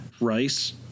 rice